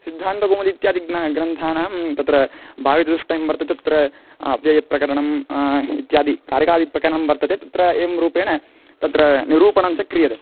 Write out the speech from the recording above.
सिद्धान्तकौमुदी इत्यादि ग्ना ग्रन्थानां तत्र भागचतुष्टयं वर्तते तत्र अव्ययप्रकरणम् इत्यादिकारकादिप्रकरणं वर्तते तत्र एवं रूपेण तत्र निरूपणं च क्रियते